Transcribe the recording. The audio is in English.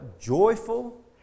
joyful